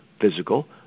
physical